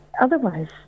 otherwise